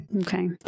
Okay